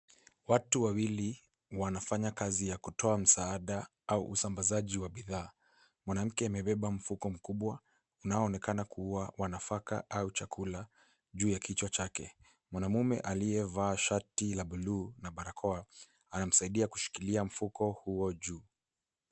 Watu wawili wanafanya kazi ya kutoa msaada au usambazaji wa bidhaa. Mwanamke amebeba mfuko mkubwa unaonekana kuwa wa nafaka au chakula, juu ya kichwa chake. Mwanaume aliyevaa shati la buluu na barakoa anamsaidia kushikilia mfuko huo juu.